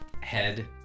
head